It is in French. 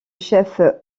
chef